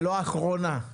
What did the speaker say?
ולא אחרונה.